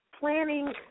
Planning